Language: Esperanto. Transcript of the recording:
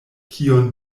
kiun